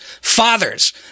fathers